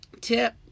tip